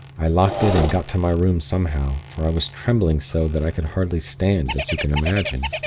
i locked it, and got to my room somehow for i was trembling so that i could hardly stand, as you can imagine.